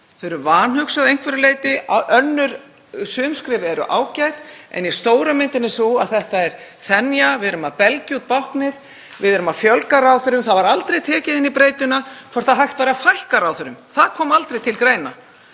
og eru vanhugsuð að einhverju leyti. Sum skref eru ágæt en stóra myndin er sú að þetta er þensla, við erum að belgja út báknið, við erum að fjölga ráðherrum. Það var aldrei tekið inn í breytuna hvort hægt væri að fækka ráðherrum, það kom aldrei til greina.